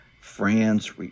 France